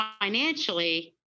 financially